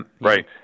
right